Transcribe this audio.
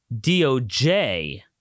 doj